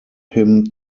him